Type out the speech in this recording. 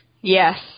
yes